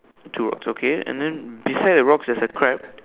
two rocks okay and then beside the rocks there's a crab